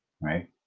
right